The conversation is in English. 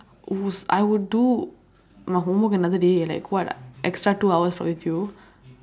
who's I would do my homework another day like what extra two hours for with you